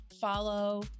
follow